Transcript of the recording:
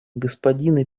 господина